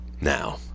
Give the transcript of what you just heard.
Now